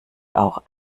auch